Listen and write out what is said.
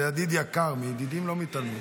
זה ידיד יקר, מידידים לא מתעלמים,